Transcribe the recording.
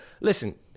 listen